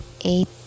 eight